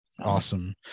awesome